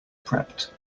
prepped